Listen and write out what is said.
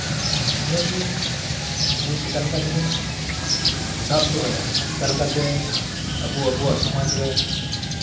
ᱱᱤᱭᱟᱹᱜᱤ ᱟᱵᱩ ᱪᱮᱠᱟ ᱞᱮᱠᱟᱛᱮᱵᱩᱱ ᱥᱟᱵ ᱫᱚᱦᱚᱭᱟ ᱪᱮᱠᱟᱞᱮᱠᱟᱛᱮ ᱟᱵᱩ ᱟᱵᱩᱣᱟᱜ ᱥᱚᱢᱟᱡ ᱨᱮ